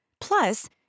Plus